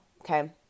okay